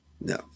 No